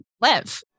live